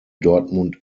dortmund